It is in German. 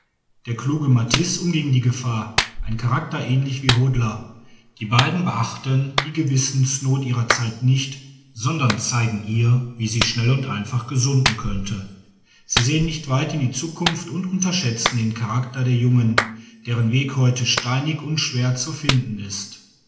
der kluge matisse umging die gefahr ein charakter ähnlich wie hodler die beiden beachten die gewissensnot ihrer zeit nicht sondern zeigen ihr wie sie schnell und einfach gesunden könnte sie sehen nicht weit in die zukunft und unterschätzen den charakter der jungen deren weg heute steinig und schwer zu finden ist